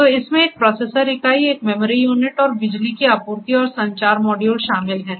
तो इसमें एक प्रोसेसर इकाई एक मेमोरी यूनिट और बिजली की आपूर्ति और संचार मॉड्यूल शामिल हैं